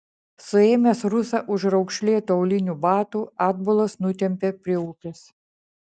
suėmęs rusą už raukšlėtų aulinių batų atbulas nutempė prie upės